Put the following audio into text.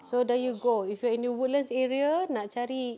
so there you go if you are in the woodlands area nak cari